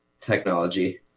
technology